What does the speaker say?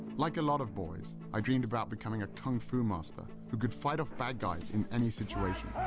like a lot of boys, i dreamed about becoming a kung fu master who could fight off bad guys in any situation.